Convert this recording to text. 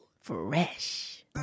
Fresh